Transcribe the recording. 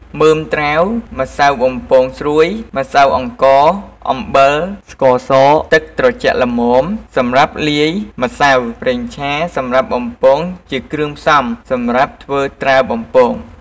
មើមត្រាវ ម្សៅបំពងស្រួយ ម្សៅអង្ករ អំបិល ស្ករស ទឹកត្រជាក់ល្មម សម្រាប់លាយម្សៅ ប្រេងឆាសម្រាប់បំពងជាគ្រឿងផ្សំ សម្រាប់ធ្វើត្រាវបំពង។